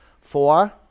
Four